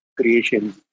creation